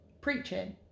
preaching